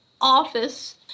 office